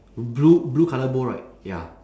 blue blue colour bowl right ya